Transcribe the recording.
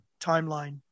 timeline